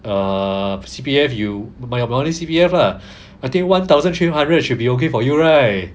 err C_P_F you but your monthly C_P_F lah I think one thousand three hundred should be okay for you right